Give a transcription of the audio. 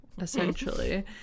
essentially